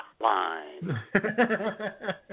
Hotline